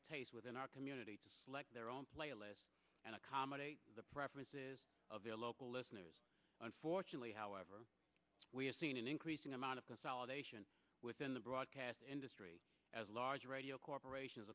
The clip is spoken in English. of within our community to select their own playlists and accommodate the preferences of their local listeners unfortunately however we have seen an increasing amount of consolidation within the broadcast industry as large radio corporations